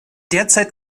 derzeit